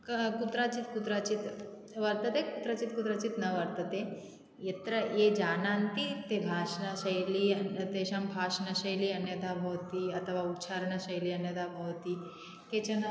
कुत्रचित् कुत्रचित् वर्तते कुत्रचित् कुत्रचित् न वर्तते यत्र ये जानन्ति ते भाषाशैली तेषां भाषणशैली अन्यथा भवति अथवा उच्चारणशैली अन्यथा भवति केचन